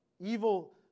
Evil